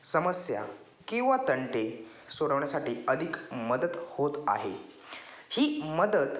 समस्या किंवा तंटे सोडवण्यासाठी अधिक मदत होत आहे ही मदत